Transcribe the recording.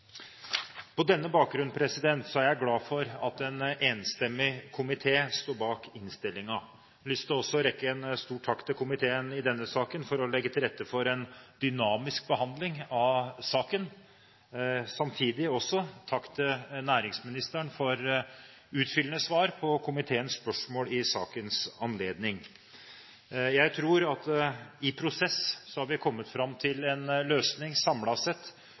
På denne bakgrunn er jeg glad for at en enstemmig komité sto bak innstillingen. Jeg har også lyst til å rette en stor takk til komiteen i denne saken for å legge til rette for en dynamisk behandling av saken. Samtidig vil jeg også rette en takk til næringsministeren for utfyllende svar på komiteens spørsmål i sakens anledning. Jeg tror at i prosess har vi kommet fram til en løsning samlet sett